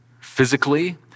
physically